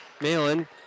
Malin